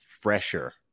fresher